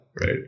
Right